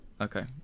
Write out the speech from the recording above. Okay